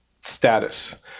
status